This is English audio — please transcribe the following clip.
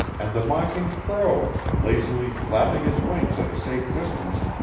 and the mocking crow, lazily flapping his wings at a safe distance,